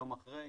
יום אחרי,